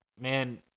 man